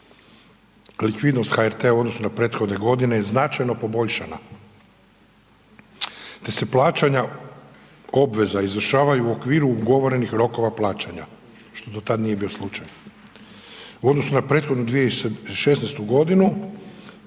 Likvidnost HRT-a u odnosu na prethodne godine značajno je poboljšana te se plaćanja obveza izvršavaju u okviru ugovorenih rokova plaćanja, što do tada nije bio slučaj. U odnosu na prethodnu 2016. godinu